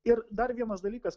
ir dar vienas dalykas